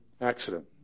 accident